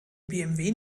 bmw